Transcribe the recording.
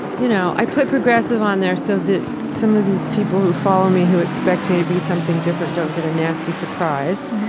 you know, i put progressive on there so that some of these people who follow me, who expect me to be something different don't get a nasty surprise.